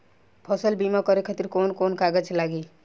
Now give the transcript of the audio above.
फसल बीमा करे खातिर कवन कवन कागज लागी?